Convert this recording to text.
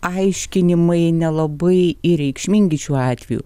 aiškinimai nelabai ir reikšmingi šiuo atveju